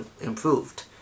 improved